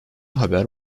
haber